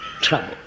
trouble